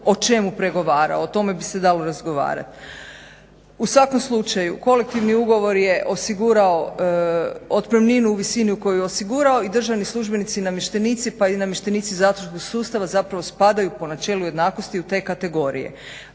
o čemu pregovarao. O tome bi se dalo razgovarati. U svakom slučaju kolektivni ugovor je osigurao otpremninu u visini u kojoj je osigurao i državni službenici i namještenici pa i namještenici zatvorskog sustava zapravo spadaju po načelu jednakosti u te kategorije.